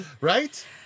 Right